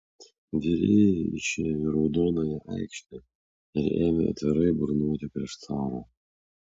virėjai išėjo į raudonąją aikštę ir ėmė atvirai burnoti prieš carą